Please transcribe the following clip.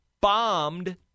bombed